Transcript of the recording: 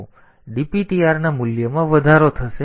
તેથી dptr મૂલ્યમાં વધારો થશે પછી r 0 પણ વધશે